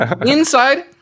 inside